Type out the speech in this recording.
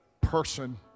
person